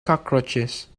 cockroaches